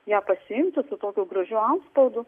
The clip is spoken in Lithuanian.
ją pasiimti su tokiu gražiu antspaudu